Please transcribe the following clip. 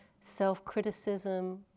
self-criticism